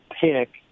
pick